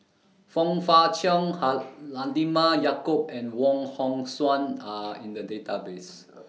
Fong Fah Cheong Halalimah Yacob and Wong Hong Suen Are in The Database